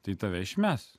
tai tave išmes